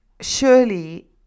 Surely